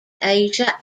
asia